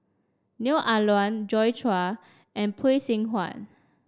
Neo Ah Luan Joi Chua and Phay Seng Whatt